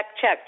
check